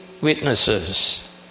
witnesses